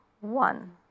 one